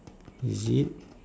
is it